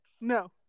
No